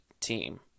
team